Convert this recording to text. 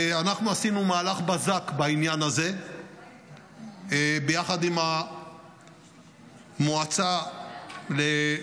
ואנחנו עשינו מהלך בזק בעניין הזה ביחד עם המועצה להנצחה